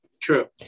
True